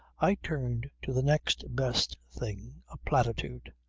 i turned to the next best thing a platitude.